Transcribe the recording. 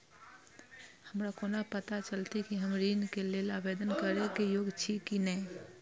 हमरा कोना पताा चलते कि हम ऋण के लेल आवेदन करे के योग्य छी की ने?